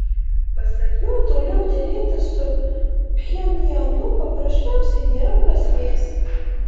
pasak jo toliau derėtis su pchenjanu paprasčiausiai nėra prasmės